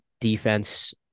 defense